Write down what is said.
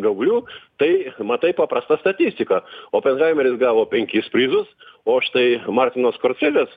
gaublių tai matai paprastą statistiką openhaimeris gavo penkis prizus o štai martinas koncelis